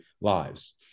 lives